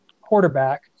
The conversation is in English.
quarterback